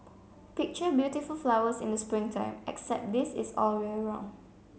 picture beautiful flowers in the spring time except this is all year round